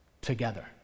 together